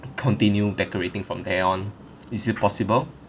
continue decorating from there on is it possible